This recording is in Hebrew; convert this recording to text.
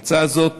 ההצעה הזאת